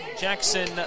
Jackson